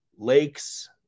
lakes